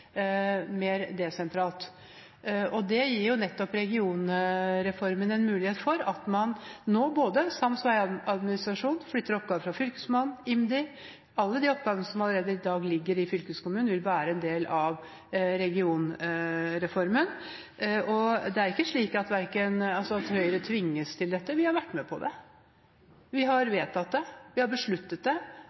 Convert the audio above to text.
mer desentralt. Det gir nettopp regionreformen en mulighet for. Både sams veiadministrasjon, at man flytter oppgaver fra Fylkesmannen, IMDi, alle de oppgavene som i dag ligger i fylkeskommunene, vil være en del av regionreformen. Det er ikke slik at Høyre tvinges til dette. Vi har vært med på det. Vi har vedtatt det. Vi har besluttet det,